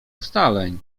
ustaleń